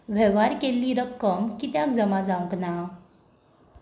वेव्हार केल्ली रक्कम कित्याक जमा जावंक ना